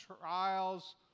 trials